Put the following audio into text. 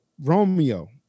Romeo